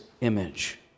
image